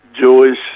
joys